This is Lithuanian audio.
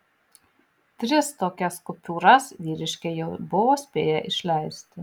tris tokias kupiūras vyriškiai jau buvo spėję išleisti